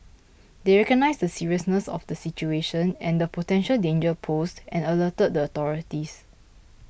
they recognised the seriousness of the situation and the potential danger posed and alerted the authorities